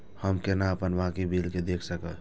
हम केना अपन बाकी बिल के देख सकब?